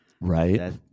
right